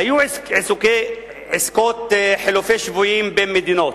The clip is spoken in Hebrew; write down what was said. היו עסקאות חילופי שבויים בין מדינות